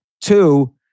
Two